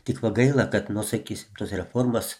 tik va gaila kad nu sakysim tos reformos